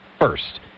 first